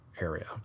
area